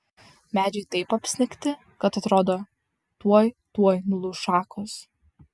medžiai taip apsnigti kad atrodo tuoj tuoj nulūš šakos